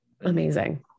Amazing